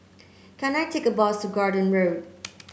can I take a bus to Garden Road